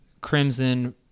Crimson